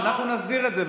אנחנו נסדיר את זה.